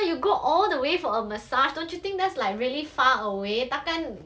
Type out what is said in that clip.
saw her you go all the way for a massage don't you think that's like really far away then